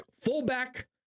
fullback